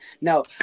No